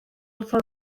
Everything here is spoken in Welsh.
wrtho